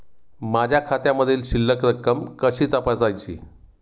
माझ्या खात्यामधील शिल्लक रक्कम कशी तपासायची?